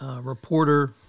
reporter